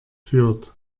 führt